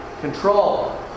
control